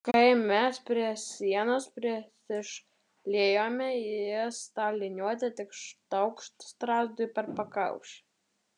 kai mes prie sienos prisišliejome jis ta liniuote tik taukšt strazdui per pakaušį